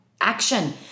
action